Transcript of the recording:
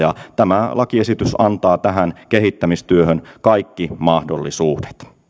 tämä lakiesitys antaa tähän kehittämistyöhön kaikki mahdollisuudet